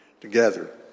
together